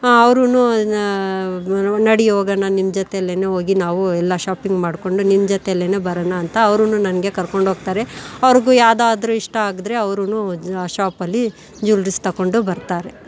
ಹಾಂ ಅವ್ರೂನು ನಡಿ ಹೋಗೋಣ ನಿಮ್ಮ ಜೊತೆಯಲ್ಲೇನೇ ಹೋಗಿ ನಾವು ಎಲ್ಲ ಶಾಪಿಂಗ್ ಮಾಡ್ಕೊಂಡು ನಿಮ್ಮ ಜೊತೆಯಲ್ಲೇನೇ ಬರೋಣ ಅಂತ ಅವರೂನು ನನಗೆ ಕರ್ಕೊಂಡು ಹೋಗ್ತಾರೆ ಅವ್ರಿಗೂ ಯಾವ್ದಾದ್ರೂ ಇಷ್ಟ ಆದರೆ ಅವರೂನು ಶಾಪಲ್ಲಿ ಜ್ಯುಲ್ರಿಸ್ ತೊಗೊಂಡು ಬರ್ತಾರೆ